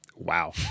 wow